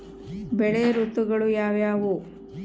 ಬೆಳೆ ಋತುಗಳು ಯಾವ್ಯಾವು?